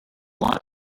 lot